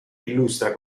illustra